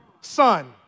son